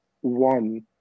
one